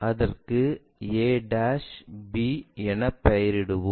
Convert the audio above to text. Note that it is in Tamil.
இதற்கு a b என பெயரிடுவோம்